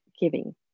giving